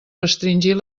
restringir